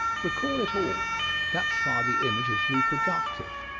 recall it all that far the image is reproductive.